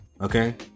Okay